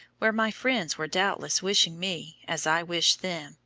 where my friends were doubtless wishing me, as i wish them,